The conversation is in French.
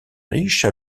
riche